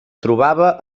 trobava